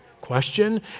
Question